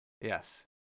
yes